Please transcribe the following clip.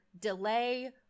delay